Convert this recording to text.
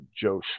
Joe